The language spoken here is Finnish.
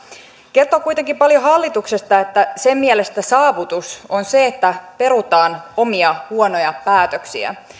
kertoo kuitenkin paljon hallituksesta että sen mielestä saavutus on se että perutaan omia huonoja päätöksiä